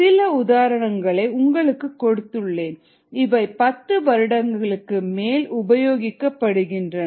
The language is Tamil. சில உதாரணங்களை உங்களுக்கு கொடுத்துள்ளேன் இவை பத்து வருடங்களுக்கு மேல் உபயோகிக்கப்படுகின்றன